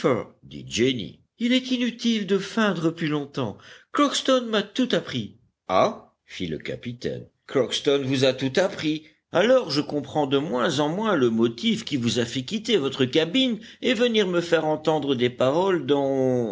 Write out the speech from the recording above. jenny il est inutile de feindre plus longtemps crockston m'a tout appris ah fit le capitaine crockston vous a tout appris alors je comprends de moins en moins le motif qui vous a fait quitter votre cabine et venir me faire entendre des paroles dont